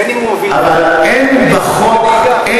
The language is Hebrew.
בין שהוא מוביל, אבל אין בחוק, צריך לשנות את זה.